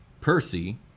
Percy